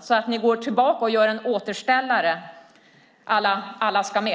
så att ni går tillbaka och gör en återställare à la Alla ska med?